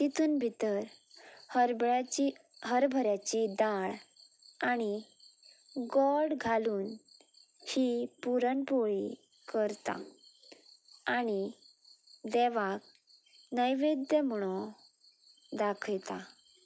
तितून भितर हरबळ्याची हरभऱ्याची दाळ आनी गोड घालून ही पुरणपोळी करता आनी देवाक नैवेद्य म्हणो दाखयता